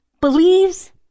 believes